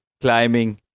climbing